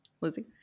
Lizzie